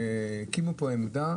הקימו עמדה